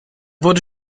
wurde